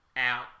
Out